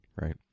right